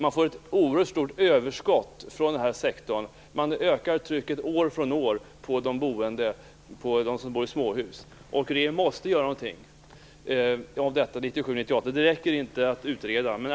Man får ett oerhört stort överskott från den här sektorn, och man ökar trycket år från år på dem som bor i småhus. Regeringen måste göra någonting åt detta under 1997-1998. Det räcker inte att utreda.